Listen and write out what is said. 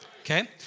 Okay